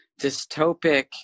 dystopic